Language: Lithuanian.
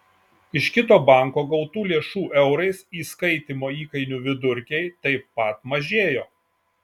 iš kito banko gautų lėšų eurais įskaitymo įkainių vidurkiai taip pat mažėjo